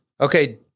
Okay